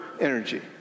energy